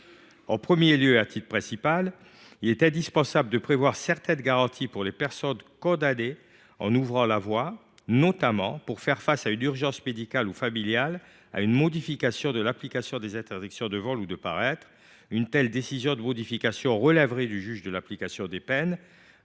En premier lieu, et à titre principal, il est indispensable de prévoir certaines garanties pour les personnes condamnées en ouvrant la voie, notamment pour faire face à une urgence médicale ou familiale, à une modification de l’application des interdictions de vol ou de paraître. Une telle décision de modification relèverait du juge de l’application des peines,